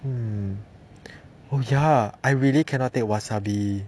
hmm oh ya I really cannot take wasabi